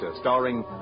starring